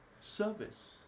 Service